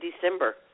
December